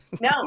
No